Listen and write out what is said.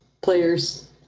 players